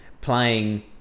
playing